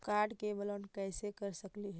Card के block कैसे कर सकली हे?